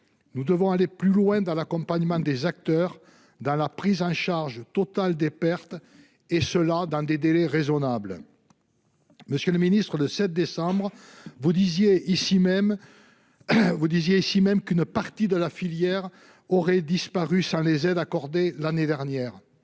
Nous devons aller plus loin dans l'accompagnement des acteurs et dans la prise en charge totale des pertes, et ce dans des délais raisonnables. Monsieur le ministre, le 7 décembre, vous disiez ici même qu'une partie de la filière aurait disparu sans les aides accordées l'année dernière.